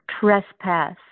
trespass